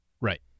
Right